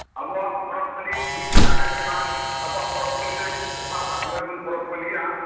ᱟᱵᱚᱣᱟᱜ ᱯᱚᱨᱚᱵ ᱯᱟᱹᱞᱤ ᱴᱷᱤᱠᱴᱷᱟᱠ ᱟᱥᱮ ᱵᱟᱝ ᱟᱵᱚᱣᱟᱜ ᱯᱚᱨᱚᱵ ᱯᱟᱹᱞᱤᱫᱚ ᱚᱠᱟ ᱚᱠᱟ ᱥᱚᱢᱚᱭ ᱵᱚᱱ ᱯᱚᱨᱚᱵ ᱯᱟᱹᱞᱤᱜᱼᱟ